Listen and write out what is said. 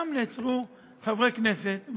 גם נעצרו חברי כנסת,